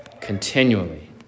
continually